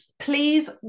Please